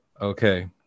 Okay